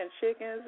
chickens